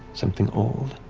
something old.